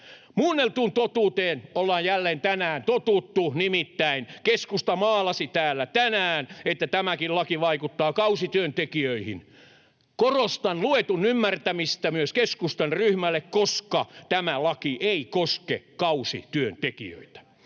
Muunneltuun totuuteen ollaan jälleen tänään totuttu, nimittäin keskusta maalasi täällä tänään, että tämäkin laki vaikuttaa kausityöntekijöihin. Korostan luetun ymmärtämistä myös keskustan ryhmälle, koska tämä laki ei koske kausityöntekijöitä.